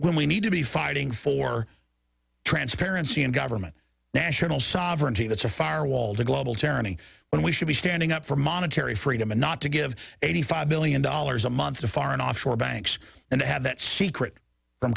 when we need to be fighting for transparency in government national sovereignty that's a far wall to global terror when we should be standing up for monetary freedom and not to give eighty five billion dollars a month to foreign offshore banks and i have that secret from